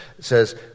says